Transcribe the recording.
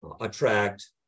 attract